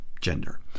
gender